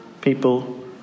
people